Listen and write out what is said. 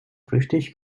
flüchtig